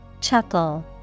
Chuckle